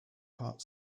part